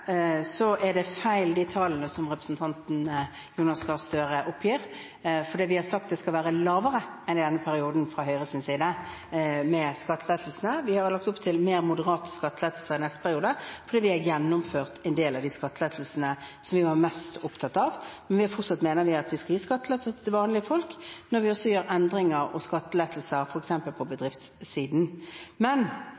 er de feil, de tallene som representanten Jonas Gahr Støre oppgir. Vi har sagt fra Høyres side at skattelettelsene skal være lavere i denne perioden. Vi har lagt opp til mer moderate skattelettelser i neste periode fordi vi har gjennomført en del av de skattelettelsene som vi var mest opptatt av. Men fortsatt mener vi at vi skal gi skattelettelser til vanlige folk når vi gjør endringer og gir skattelettelser f.eks. på